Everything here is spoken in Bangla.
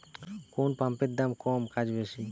কোন পাম্পের দাম কম কাজ বেশি?